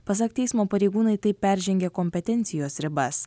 pasak teismo pareigūnai taip peržengė kompetencijos ribas